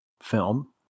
film